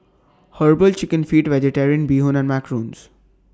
Herbal Chicken Feet Vegetarian Bee Hoon and Macarons